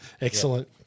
Excellent